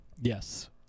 Yes